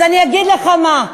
אז אני אגיד לך מה.